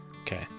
Okay